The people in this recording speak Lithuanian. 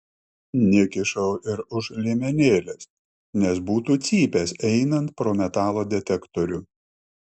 nekišau ir už liemenėlės nes būtų cypęs einant pro metalo detektorių